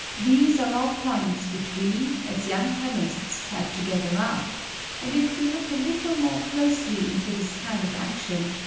these are all points which we, as young chemistsj have to gather up and if we look a little more closely into this kind of action,